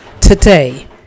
Today